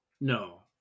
no